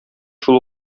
шул